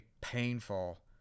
painful